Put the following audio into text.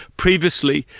previously,